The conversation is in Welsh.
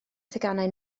theganau